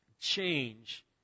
change